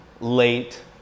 late